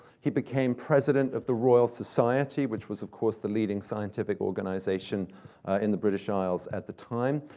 he became president of the royal society, which was, of course, the leading scientific organization in the british isles at the time.